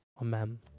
Amen